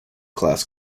class